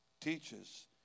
teaches